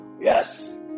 yes